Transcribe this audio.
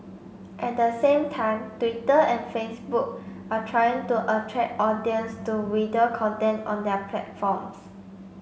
at the same time Twitter and Facebook are trying to attract audience to video content on their platforms